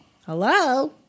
Hello